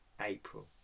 April